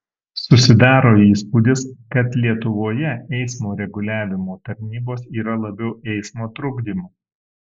susidaro įspūdis kad lietuvoje eismo reguliavimo tarnybos yra labiau eismo trukdymo